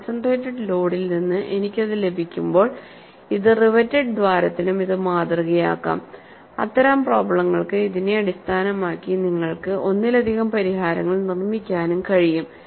concentrated ലോഡിൽ നിന്ന് എനിക്കത് ലഭിക്കുമ്പോൾ ഇത് റിവേറ്റഡ് ദ്വാരത്തിനും ഇത് മാതൃകയാക്കാം അത്തരം പ്രോബ്ലെങ്ങൾക്ക് ഇതിനെ അടിസ്ഥാനമാക്കി നിങ്ങൾക്ക് ഒന്നിലധികം പരിഹാരങ്ങൾ നിർമ്മിക്കാനും കഴിയും